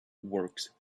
works